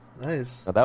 Nice